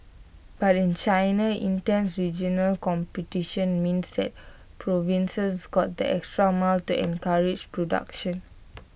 but in China intense regional competition means that provinces go the extra mile to encourage production